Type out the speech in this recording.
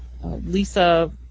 Lisa